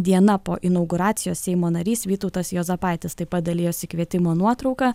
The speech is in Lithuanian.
diena po inauguracijos seimo narys vytautas juozapaitis taip pat dalijosi kvietimo nuotrauka